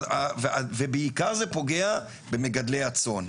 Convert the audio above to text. ובעיקר זה פוגע במגדלי הצאן.